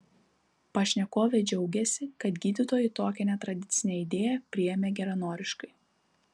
pašnekovė džiaugiasi kad gydytojai tokią netradicinę idėją priėmė geranoriškai